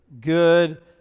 good